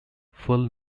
full